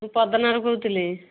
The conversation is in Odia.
ମୁଁ ପଦନାରୁ କହୁଥିଲି